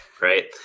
Right